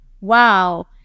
Wow